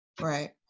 Right